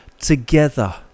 together